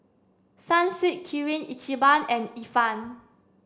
Sunsweet Kirin Ichiban and Ifan